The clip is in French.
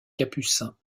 capucins